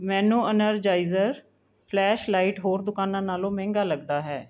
ਮੈਨੂੰ Energizer flashlight ਹੋਰ ਦੁਕਾਨਾਂ ਨਾਲੋਂ ਮਹਿੰਗਾ ਲੱਗਦਾ ਹੈ